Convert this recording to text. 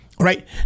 right